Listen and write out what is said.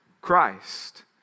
Christ